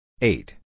Eight